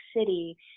City